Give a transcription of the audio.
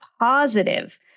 positive